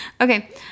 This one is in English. Okay